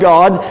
God